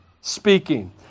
speaking